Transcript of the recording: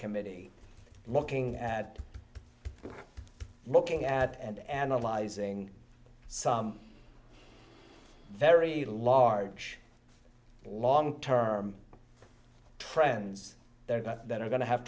committee looking at looking at and analyzing some very large long term trends that are going to have